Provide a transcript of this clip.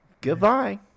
Goodbye